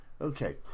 Okay